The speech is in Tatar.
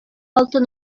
алтын